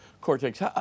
cortex